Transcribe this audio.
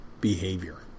behavior